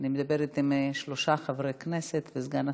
אני מדברת עם שלושה חברי כנסת וסגן השר,